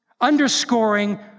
underscoring